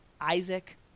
Isaac